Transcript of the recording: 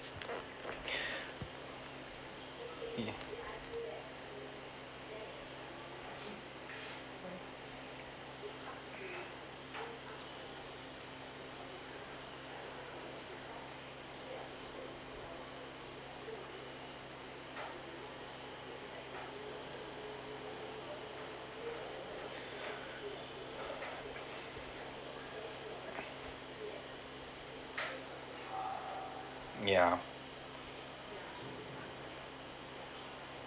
ya ya